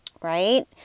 right